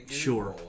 sure